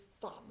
fun